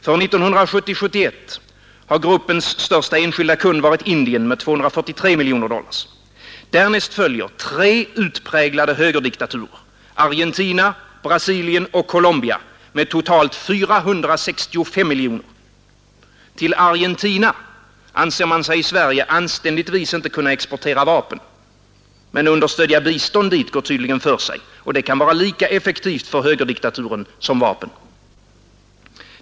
För 1970—1971 har gruppens största enskilda kund varit Indien med 243 miljoner dollar. Därnäst följer tre utpräglade högerdiktaturer, Argentina, Brasilien och Colombia med totalt 645 miljoner. Till Argentina anser man sig i Sverige anständigtvis inte kunna exportera vapen, men understödja bistånd dit går tydligen för sig. Det kan vara lika effektivt för högerdiktaturen som vapen.